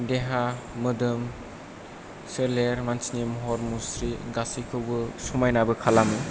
देहा मोदोम सोलेर मानसिनि महर मुस्रि गासैखौबो समायनाबो खालामो